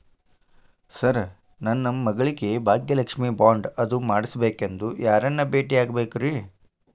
Sir ನನ್ನ ಮಗಳಿಗೆ Bhagyalakshmi bond ಅದು ಮಾಡಿಸಬೇಕೆಂದು ಯಾರನ್ನ ಭೇಟಿಯಾಗಬೇಕ್ರಿ?